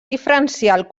diferencial